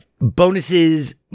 bonuses